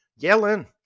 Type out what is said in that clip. Yelling